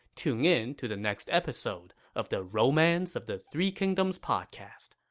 tune in to the next episode of the romance of the three kingdoms podcast.